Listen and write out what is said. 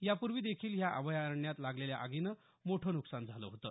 यापूर्वी देखील ह्या अभयारण्यात लागलेल्या आगीने मोठे नुकसान झालं होतं